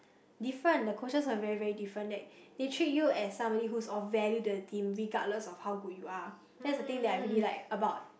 different the coaches are very very different that they treat you as somebody who is on very into the team regardless on how good you are that's the thing that I really like about